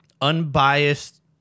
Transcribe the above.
unbiased